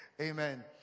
Amen